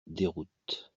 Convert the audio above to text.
déroute